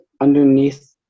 underneath